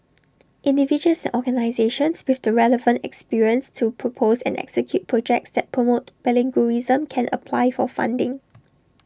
individuals organisations with the relevant experience to propose and execute projects that promote bilingualism can apply for funding